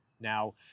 now